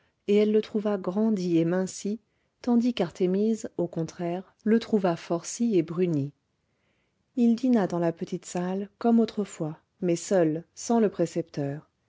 et elle le trouva grandi et minci tandis qu'artémise au contraire le trouva forci et bruni il dîna dans la petite salle comme autrefois mais seul sans le percepteur